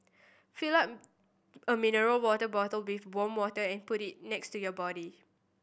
fill up a mineral water bottle with warm water and put it next to your body